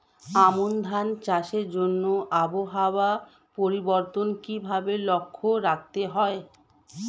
আমন ধান চাষের জন্য আবহাওয়া পরিবর্তনের কিভাবে লক্ষ্য রাখতে হয়?